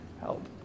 help